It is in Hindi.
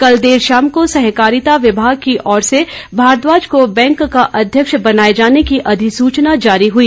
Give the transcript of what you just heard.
कल देर शाम को सहकारिता विभाग की ओर से भारद्वाज को बैंक का अध्यक्ष बनाए जाने की अधिसूचना जारी हुई